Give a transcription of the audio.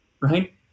Right